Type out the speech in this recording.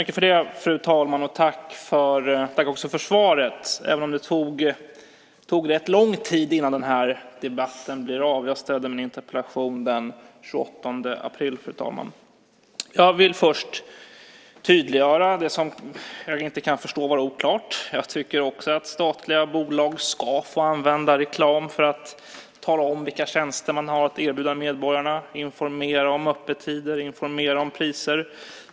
Fru talman! Tack för svaret, även om det tog rätt lång tid innan den här debatten blev av. Jag ställde min interpellation den 28 april, fru talman. Jag vill först tydliggöra det som jag inte kan förstå hur det kan vara oklart. Jag tycker också att statliga bolag ska få använda reklam för att tala om vilka tjänster man har att erbjuda medborgarna, informera om öppettider och informera om priser.